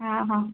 हा हा